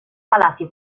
palacio